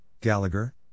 Gallagher